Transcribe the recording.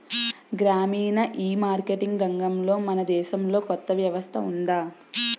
గ్రామీణ ఈమార్కెటింగ్ రంగంలో మన దేశంలో కొత్త వ్యవస్థ ఉందా?